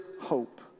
hope